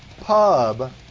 pub